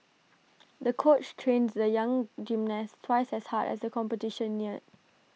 the coach trained the young gymnast twice as hard as the competition neared